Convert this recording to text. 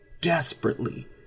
desperately